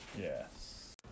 Yes